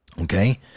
okay